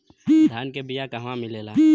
धान के बिया कहवा मिलेला?